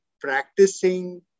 practicing